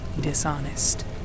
Dishonest